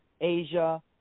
Asia